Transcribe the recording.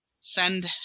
Send